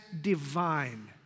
divine